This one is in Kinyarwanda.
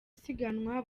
isiganwa